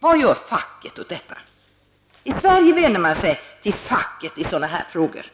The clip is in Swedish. Vad gör facket åt detta? I Sverige vänder man sig till facket i sådana här frågor,